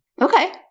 Okay